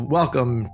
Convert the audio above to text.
welcome